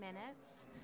minutes